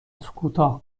کوتاه